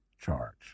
charge